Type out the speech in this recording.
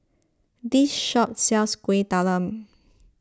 this shop sells Kueh Talam